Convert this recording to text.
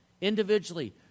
individually